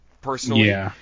personally